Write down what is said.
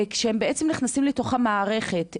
כשהם בעצם נכנסים לתוך המערכת,